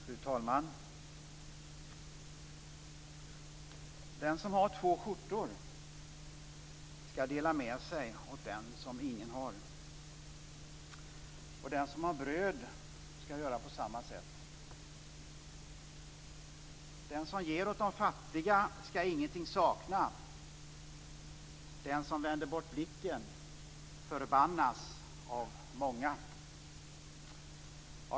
Fru talman! "Den som har två skjortor skall dela med sig åt den som ingen har, och den som har bröd skall göra på samma sätt." "Den som ger åt de fattiga skall ingenting sakna, den som vänder bort blicken förbannas av många."